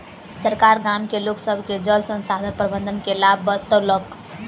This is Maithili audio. सरकार गाम के लोक सभ के जल संसाधन प्रबंधन के लाभ बतौलक